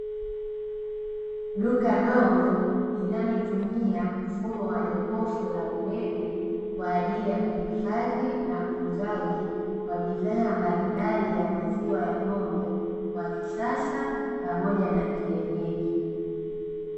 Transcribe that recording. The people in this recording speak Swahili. Duka dogo linalotumia mfumo wa jokofu la umeme kwa ajili ya uhifadhi na uuzaji wa bidhaa mbalimbali ya maziwa ya ng'ombe wa kisasa pamoja na kienyeji.